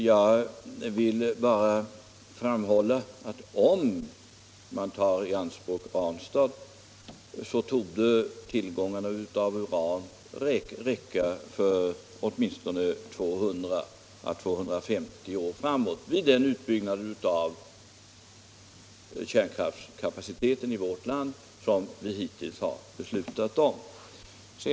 Jag vill bara framhålla att om vi tar Ranstad i anspråk torde urantillgångarna räcka för åtminstone 200-250 år framåt med den utbyggnad av kärnkraftskapaciteten i vårt land som vi hittills har beslutat om.